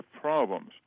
problems